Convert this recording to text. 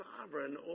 sovereign